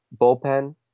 bullpen